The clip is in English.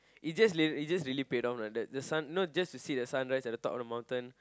it just really it just really paid off like the the sun know just to see the sunrise on top of the mountain